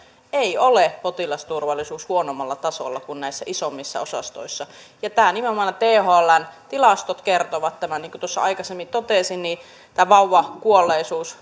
ei ole potilasturvallisuus huonommalla tasolla kuin näissä isommissa osastoissa nimenomaan thln tilastot kertovat tämän niin kuin tuossa aikaisemmin totesin tämä vauvakuolleisuus